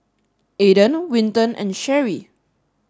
Aaden Winton and Cheri